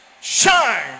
shine